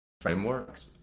frameworks